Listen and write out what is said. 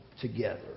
together